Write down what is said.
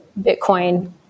Bitcoin